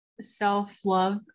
self-love